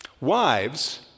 Wives